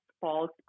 false